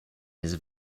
his